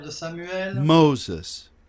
Moses